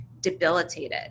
debilitated